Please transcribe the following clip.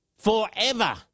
forever